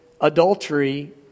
adultery